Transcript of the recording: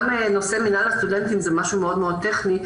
גם נושא מינהל הסטודנטים זה משהו מאוד טכני,